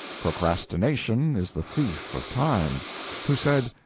procrastination is the thief of time who said,